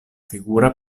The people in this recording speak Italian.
figura